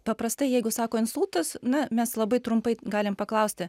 paprastai jeigu sako insultas na mes labai trumpai galim paklausti